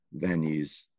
venues